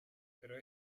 pero